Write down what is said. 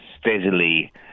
steadily